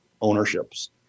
ownerships